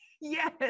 yes